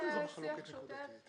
יש שיח שוטף,